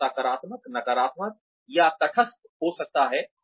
यह सकारात्मक नकारात्मक या तटस्थ हो सकता है